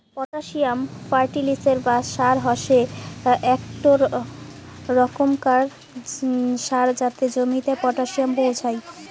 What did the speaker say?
potassium ফার্টিলিসের বা সার হসে একটো রোকমকার সার যাতে জমিতে পটাসিয়াম পোঁছাই